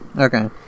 Okay